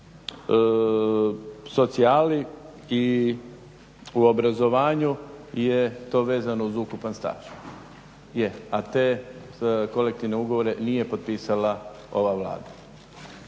u socijali i u obrazovanju je to vezano uz ukupan staž. Je, a te kolektivne ugovore nije potpisala ova Vlada.